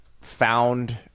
found